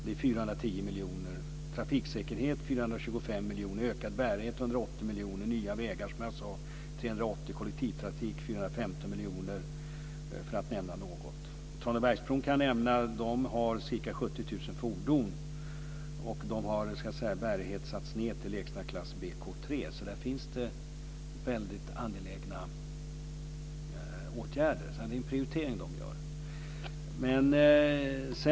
Det är 410 miljoner. Trafiksäkerhet är 425 miljoner. Ökad bärighet är 180 miljoner. Nya vägar är, som jag sade, 380 miljoner och kollektivtrafik 415 miljoner kronor för att nu nämna något. Tranebergsbron, kan jag nämna, har ca 70 000 fordon. De har i fråga om bärighet satts ned till lägsta klass, BK3. Där finns det väldigt angelägna åtgärder att vidta. Så det är en prioritering de gör.